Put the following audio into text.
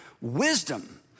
wisdom